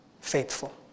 faithful